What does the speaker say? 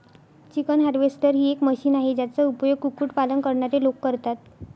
chicken harvester ही एक machine आहे, ज्याचा उपयोग कुक्कुट पालन करणारे लोक करतात